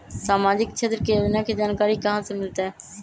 सामाजिक क्षेत्र के योजना के जानकारी कहाँ से मिलतै?